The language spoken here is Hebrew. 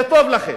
זה טוב לכם.